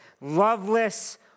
loveless